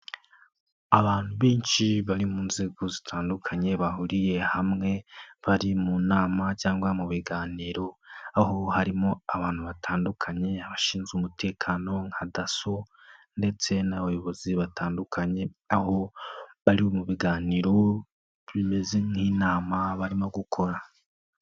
Abantu benshi bari mu nzego zitandukanye bahuriye hamwe bari mu nama cyangwa mu biganiro, aho harimo abantu batandukanye abashinzwe umutekano nka daso, ndetse n'abayobozi batandukanye, aho bari mu biganiro bimeze nk'inama barimo gukora.